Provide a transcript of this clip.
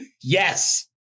Yes